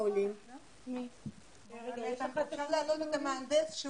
ללמוד כאן לתואר.